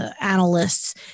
analysts